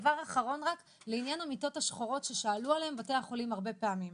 דבר אחרון לעניין המיטות השחורות עליהן בתי החולים שאלו הרבה פעמים.